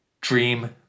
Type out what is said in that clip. dream